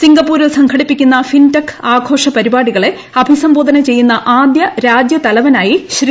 സിംഗപ്പൂരിൽ സംഘടിപ്പിക്കുന്ന ഫിൻടെക് ആഘോഷ പരിപാടികളെ അഭിസംബോധന ചെയ്യുന്ന ആദ്യ രാജ്യതലവനായി ശ്രീ